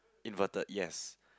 inverted yes